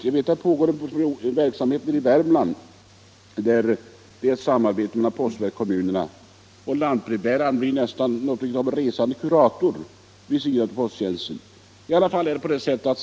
Jag vet att det förekommer sådan verksamhet i Värmland, där det finns ett samarbete mellan postverket och kommunerna, och lantbrevbäraren blir något av en resande kurator vid sidan av posttjänsten.